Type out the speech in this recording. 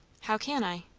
how can i?